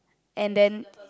and then